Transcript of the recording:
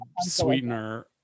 Sweetener